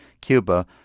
Cuba